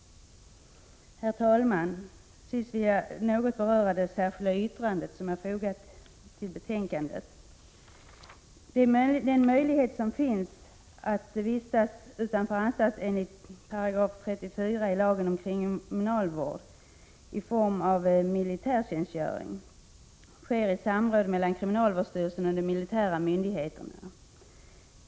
Herr talman! Sist vill jag något beröra det särskilda yttrande som är fogat till betänkandet. Vistelse utanför anstalt enligt 34 §ilagen om kriminalvård, i form av militärtjänstgöring, sker efter samråd mellan kriminalvårdsstyrelsen och de militära myndigheterna.